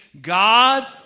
God